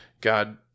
God